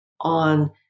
on